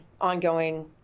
ongoing